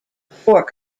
before